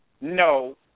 no